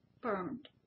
burned